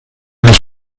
nicht